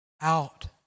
out